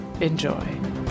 Enjoy